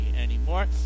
anymore